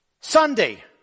Sunday